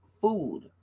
food